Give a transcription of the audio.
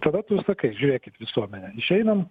tada tu sakai žiūrėkit visuomene išeinam